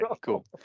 cool